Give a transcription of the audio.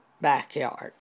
backyard